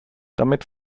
damit